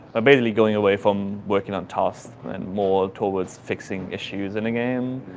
basically going away from working on tasks and more towards fixing issues in the game.